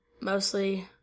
mostly